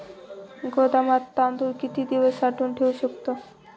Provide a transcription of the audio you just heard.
गोदामात तांदूळ किती दिवस साठवून ठेवू शकतो?